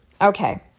okay